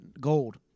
gold